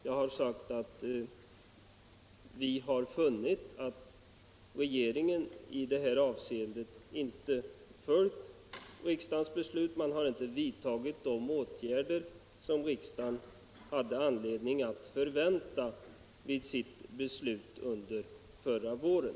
Jag har sagt att vi funnit att regeringen i det här avseendet inte följt riksdagens beslut —- man har inte vidtagit de åtgärder som riksdagen hade anledning att förvänta vid sitt beslut under förra våren.